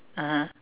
(uh huh)